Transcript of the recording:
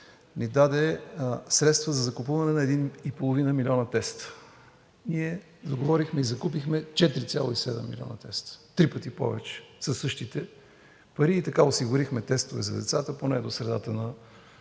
ни даде средства за закупуване на 1,5 милиона теста. Ние договорихме и закупихме 4,7 милиона теста – три пъти повече, със същите пари и така осигурихме тестове за децата поне до средата на